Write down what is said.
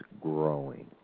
growing